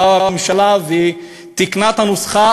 באה הממשלה ותיקנה את הנוסחה.